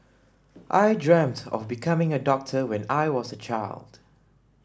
I dreamt of becoming a doctor when I was a child